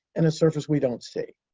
and a surface we don't see.